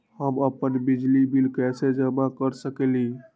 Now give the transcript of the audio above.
हम अपन बिजली बिल कैसे जमा कर सकेली?